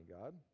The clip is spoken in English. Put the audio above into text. God